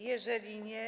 Jeżeli nie.